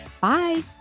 Bye